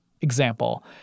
example